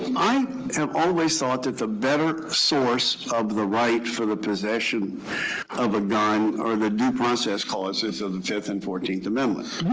i have um and always thought that the better source of the right for the possession of a gun, or the due process clauses of the fifth and fourteenth amendment.